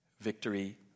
Victory